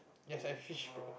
yes I fish bro